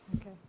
Okay